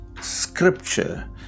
scripture